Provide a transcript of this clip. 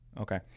Okay